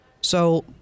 So-